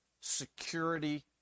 security